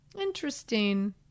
interesting